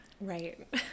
Right